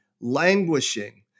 languishing